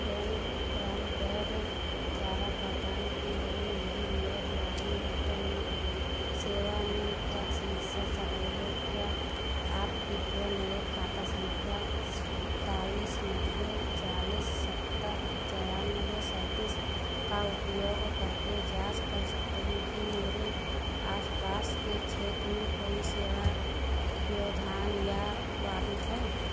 Dwayne प्राण बेड द्वारा प्रदान की गई मेरे लैंडलाइन इंटरनेट सेवा में क्या समस्या चल रही है क्या आप कृपया मेरे खाता संख्या इकतालिस नब्बे चालीस सत्तर चौरानवे सैंतीस का उपयोग करके जांच कर सकते हैं कि मेरे आस पास के क्षेत्र में कोई सेवा व्यवधान या बाधित है